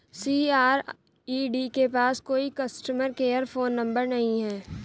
CRED के पास कोई कस्टमर केयर फोन नंबर नहीं है